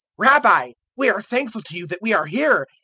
rabbi, we are thankful to you that we are here.